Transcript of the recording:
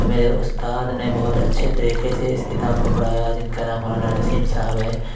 تو میرے استاد نے بہت اچھے طریقے سے اس کتاب کو پڑھایا ہے جن کا نام مولانا نسیم صاحب ہے